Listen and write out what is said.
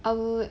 I would